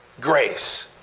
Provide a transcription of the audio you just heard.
grace